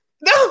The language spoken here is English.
No